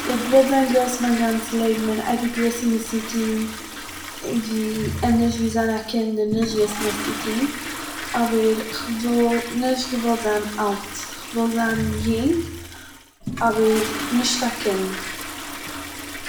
כ'וואלט געוואלט זיין גרויס מיין גאנצן לעבן און אייביג וויסן וואס צו טוהן און ווי, ענדערש ווי זיין א קינד און נישט וויסן וואס צו טוהן, אבער איך וואלט נישט געוואלט זיין אלט, איך וויל זיין יונג, אבער נישט א קינד.